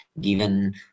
given